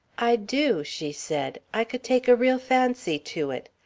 i do, she said i could take a real fancy to it.